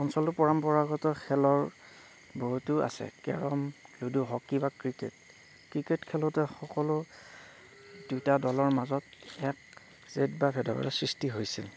অঞ্চলটোৰ পৰম্পৰাগত খেলৰ বহুতো আছে কেৰম লুডু হকী বা ক্ৰিকেট ক্ৰিকেট খেলোতে সকলো দুয়োটা দলৰ মাজত এক জেদ বা ভেদৰ সৃষ্টি হৈছিল